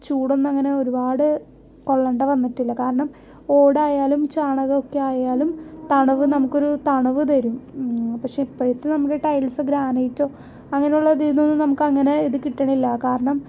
ചൂടൊന്നും അങ്ങനെ ഒരുപാട് കൊള്ളണ്ട വന്നിട്ടില്ല കാരണം ഓടായാലും ചാണകമൊക്കെ ആയാലും തണുവ് നമുക്കൊരു തണുവ് തരും പക്ഷേ ഇപ്പോഴത്തെ നമ്മുടെ ടൈൽസ് ഗ്രാനൈറ്റോ അങ്ങനെ ഉള്ള ഇതിൽ നിന്നൊന്നും നമുക്കങ്ങനെ ഇത് കിട്ടണില്ല കാരണം